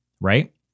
right